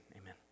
amen